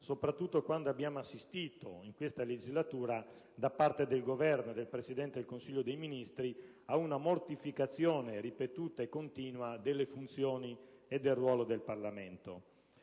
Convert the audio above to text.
soprattutto quando abbiamo assistito in questa legislatura da parte del Governo e del Presidente del Consiglio dei ministri a una mortificazione ripetuta e continua delle funzioni e del ruolo del Parlamento.